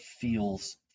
feels